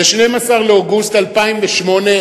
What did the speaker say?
ב-12 באוגוסט 2008,